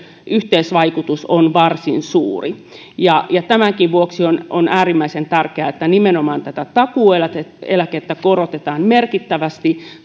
yhteisvaikutus on varsin suuri tämänkin vuoksi on on äärimmäisen tärkeää että nimenomaan tätä takuueläkettä korotetaan merkittävästi